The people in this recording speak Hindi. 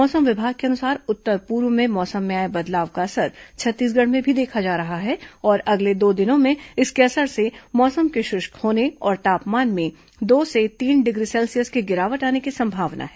मौसम विभाग के अनुसार उत्तर पूर्व में मौसम में आए बदलाव का असर छत्तीसगढ़ में भी देखा जा रहा है और अगले दो दिनों में इसके असर से मौसम के शुष्क होने और तापमान में दो से तीन डिग्री सेल्सियस की गिरावट आने की संभावना है